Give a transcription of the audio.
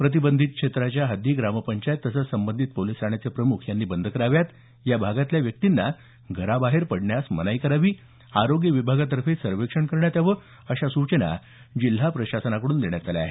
प्रतिबंधित क्षेत्राच्या हद्दी ग्रामपंचायत तसंच संबंधित पोलिस ठाण्याचे प्रमुख यांनी बंद कराव्यात या भागातल्या व्यक्तींना घराबाहेर पडण्यास मनाई करावी आरोग्य विभागातर्फे सर्वेक्षण करण्यात यावं अशा सूचना जिल्हा प्रशासनाकडून देण्यात आल्या आहेत